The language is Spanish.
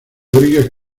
rodríguez